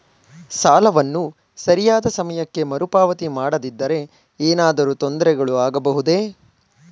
ಸಾಲವನ್ನು ಸರಿಯಾದ ಸಮಯಕ್ಕೆ ಮರುಪಾವತಿ ಮಾಡದಿದ್ದರೆ ಏನಾದರೂ ತೊಂದರೆಗಳು ಆಗಬಹುದೇ?